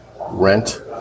Rent